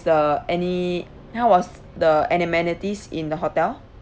the any how was the amenities in the hotel